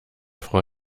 frau